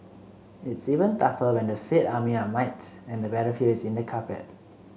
it's even tougher when the said army are mites and the battlefield is in the carpet